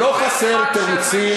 לא חסרים תירוצים.